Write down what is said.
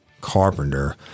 Carpenter